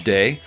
Day